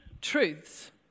truths